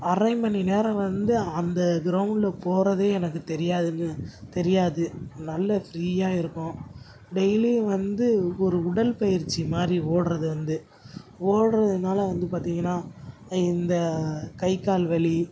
அரை மணி நேரம் வந்து அந்த க்ரௌண்ட்டில் போகிறதே எனக்கு தெரியாதுன்னு தெரியாது நல்ல ஃப்ரீயா இருக்கும் டெய்லியும் வந்து ஒரு உடல் பயிற்சி மாதிரி ஓடுறது வந்து ஓடுறதுனால வந்து பார்த்திங்கன்னா இந்த கை கால் வலி